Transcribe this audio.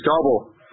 double